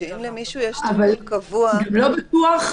אני לא בטוחה